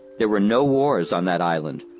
there were no wars on that island,